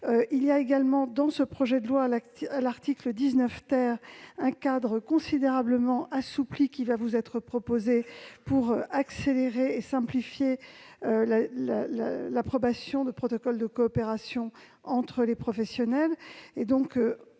à l'article 19 de ce projet de loi, un cadre considérablement assoupli va vous être proposé pour accélérer et simplifier l'approbation de protocoles de coopération entre les professionnels.